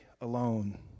alone